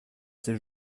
ces